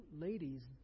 ladies